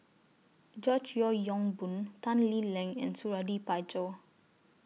George Yeo Yong Boon Tan Lee Leng and Suradi Parjo